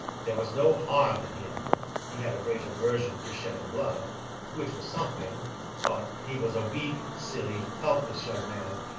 there was no harm in him he had a great aversion to shedding blood which was something but, he was a weak, silly, helpless young man,